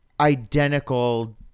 identical